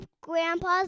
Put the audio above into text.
Grandpa's